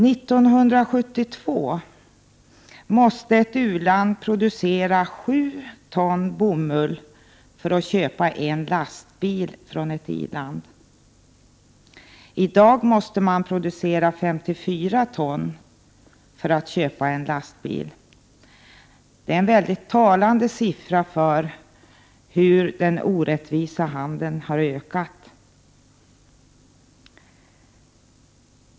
1972 behövde ett u-land producera 7 ton bomull för att köpa enlastbil från ett i-land. I dag måste man producera 54 ton för att kunna köpa en lastbil. Det är en talande siffra, som visar hur den orättvisa handeln har ökat.